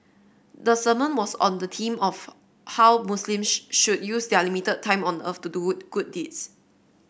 the sermon was on the theme of how Muslims should use their limited time on earth to do would good deeds